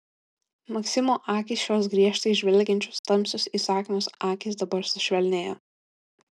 maksimo akys šios griežtai žvelgiančios tamsios įsakmios akys dabar sušvelnėjo